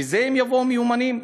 מזה הם יבואו מיומנים?